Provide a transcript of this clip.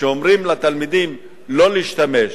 שאומרים לתלמידים לא להשתמש,